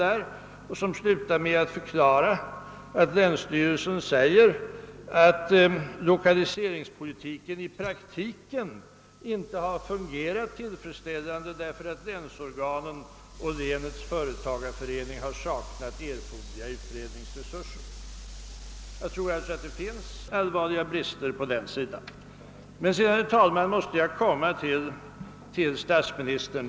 Det slutar med en förklaring: länsstyrelsen säger, att lokaliseringspolitiken i praktiken inte har fungerat tillfredsställande därför att länsorganen och länets företagareförening har saknat erforderliga utredningsresurser. Jag tror alltså att det finns allvarliga brister på den sidan. Sedan måste jag vända mig till statsministern.